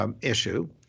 issue